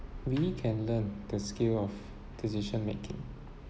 we can learn the skill of decision-making